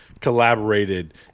collaborated